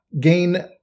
gain